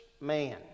man